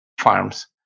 farms